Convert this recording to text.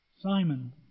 Simon